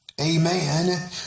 Amen